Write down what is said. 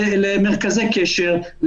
למרכזי קשר,